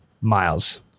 Miles